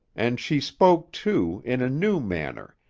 and she spoke, too, in a new manner,